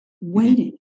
waiting